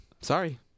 Sorry